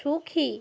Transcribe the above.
সুখী